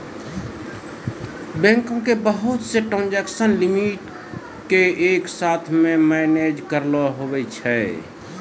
बैंको के बहुत से ट्रांजेक्सन लिमिट के एक साथ मे मैनेज करैलै हुवै छै